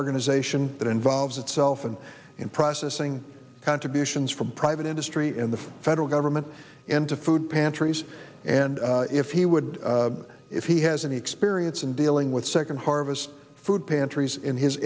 organization that involves itself and in processing contributions from private industry in the federal government into food pantries and if he would if he has any experience in dealing with second harvest food pantries in his